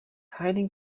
hiding